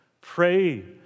pray